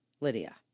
Lydia